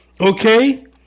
okay